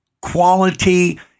quality